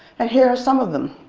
and here are some of them.